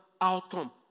outcome